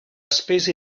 spese